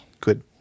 Good